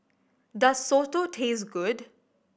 does soto taste good